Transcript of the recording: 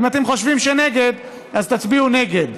אם אתם חושבים שנגד, אז תצביעו נגד.